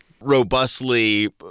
robustly